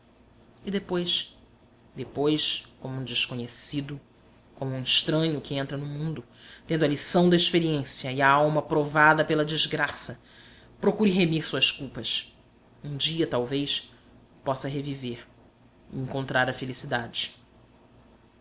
e depois depois como um desconhecido como um estranho que entra no mundo tendo a lição da experiência e a alma provada pela desgraça procure remir as suas culpas um dia talvez possa reviver e encontrar a felicidade